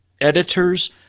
editors –